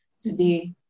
today